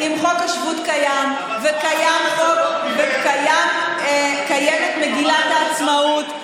אם חוק השבות קיים וקיימת מגילת העצמאות,